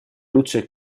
luce